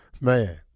Man